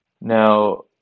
now